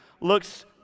Looks